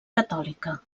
catòlica